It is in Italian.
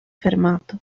fermato